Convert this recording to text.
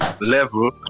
level